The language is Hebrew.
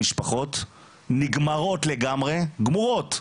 נגמרות לגמרי, גמורות,